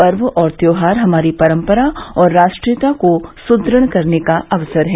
पर्व और त्योहार हमारी परम्परा और राष्ट्रीयता को सुदृढ़ करने के अवसर हैं